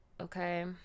okay